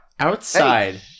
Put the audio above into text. Outside